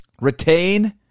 Retain